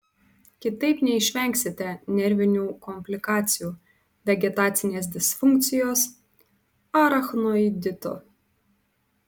kitaip neišvengsite nervinių komplikacijų vegetacinės disfunkcijos arachnoidito